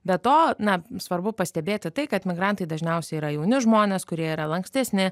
be to na svarbu pastebėti tai kad migrantai dažniausiai yra jauni žmonės kurie yra lankstesni